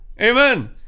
Amen